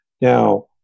Now